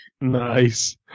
Nice